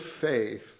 faith